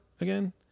again